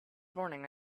morning